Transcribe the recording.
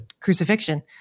crucifixion